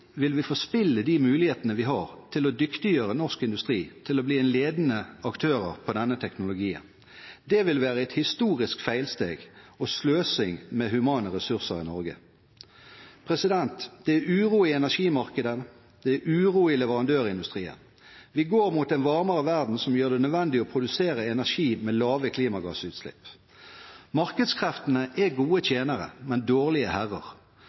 vil vi forspille de mulighetene vi har til å dyktiggjøre norsk industri til å bli ledende aktører på denne teknologien. Det vil være et historisk feilsteg og sløsing med humane ressurser i Norge. Det er uro i energimarkedene, det er uro i leverandørindustrien. Vi går mot en varmere verden som gjør det nødvendig å produsere energi med lave klimagassutslipp. Markedskreftene er gode tjenere, men dårlige herrer.